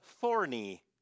thorny